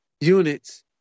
units